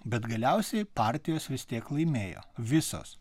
bet galiausiai partijos vis tiek laimėjo visos